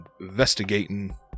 investigating